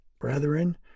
Brethren